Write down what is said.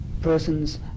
persons